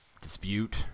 dispute